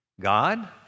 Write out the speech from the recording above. God